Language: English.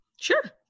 Sure